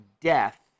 death